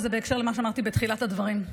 וזה בהקשר למה שאמרתי בתחילת הדברים,